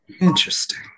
Interesting